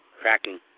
Cracking